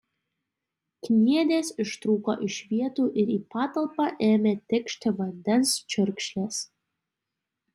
kniedės ištrūko iš vietų ir į patalpą ėmė tikšti vandens čiurkšlės